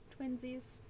Twinsies